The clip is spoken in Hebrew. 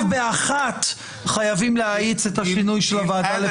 באחת חייבים להאיץ את השינוי של הוועדה לבחירת שופטים.